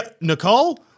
Nicole